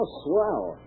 swell